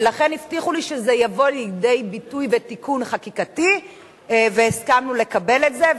ולכן הבטיחו לי שזה יבוא לידי ביטוי בתיקון חקיקתי והסכמנו לקבל את זה.